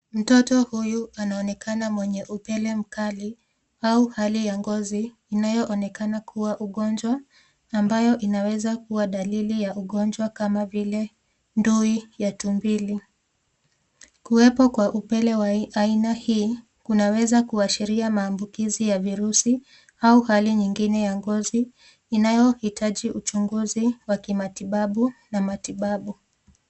Mtoto huyu anaonekana mwenye upele mkali au hali ya ngozi inayoonekana kuwa ugonjwa ambayo inaweza kuwa dalili ya ugonjwa kama vile ndui ya tumbili kuwepo kwa upele wa aina kunaweza kuashiria maambukizi ya virusi au hali nyingine ya ngozi inayohitaji uchunguzi wa kimatibabu na matibabu.